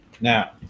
Now